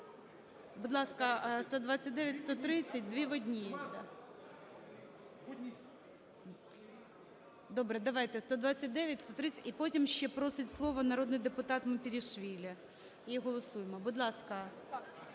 Будь ласка, 129, 130 – дві в одній. Добре, давайте 129, 130. І потім ще просить слово народний депутат Мепарішвілі. І голосуємо. Будь ласка.